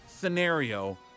scenario